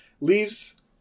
leaves